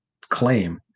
claim